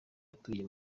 atuye